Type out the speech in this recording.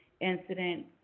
incident